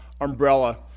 umbrella